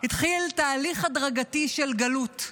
התחיל תהליך הדרגתי של גלות,